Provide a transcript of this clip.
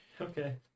Okay